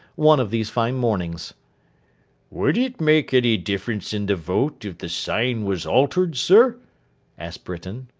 one of these fine mornings would it make any difference in the vote if the sign was altered, sir asked britain.